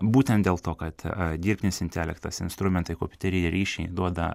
būtent dėl to kad dirbtinis intelektas instrumentai kompiuteriniai ryšiai duoda